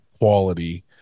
quality